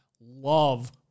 love